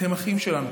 הם אחים שלנו.